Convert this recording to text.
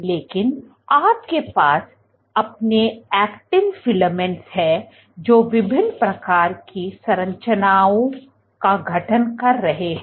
लेकिन आपके पास अपने ऐक्टिन फिलामेंट्स हैं जो विभिन्न प्रकार की संरचनाओं का गठन कर रहे हैं